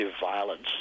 violence